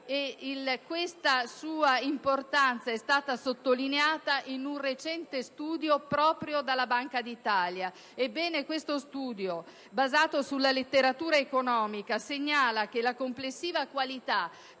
questa sua importanza è stata sottolineata in un recente studio proprio dalla Banca d'Italia. Ebbene, questo studio, basato sulla letteratura economica, segnala che la complessiva qualità